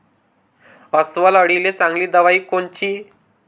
अस्वल अळीले चांगली दवाई कोनची?